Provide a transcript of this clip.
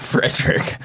Frederick